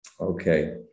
Okay